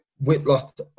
Whitlock